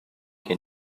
can